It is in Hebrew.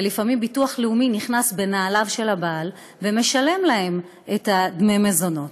לפעמים ביטוח לאומי נכנס בנעליו של הבעל ומשלם להן את דמי המזונות,